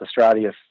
Australia